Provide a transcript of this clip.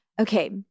okay